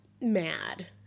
mad